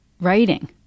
writing